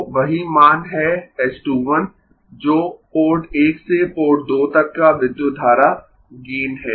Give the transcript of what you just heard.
तो वही मान है h 2 1 जो पोर्ट 1 से पोर्ट 2 तक का विद्युत धारा गेन है